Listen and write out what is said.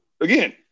again